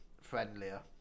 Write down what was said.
friendlier